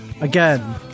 again